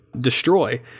Destroy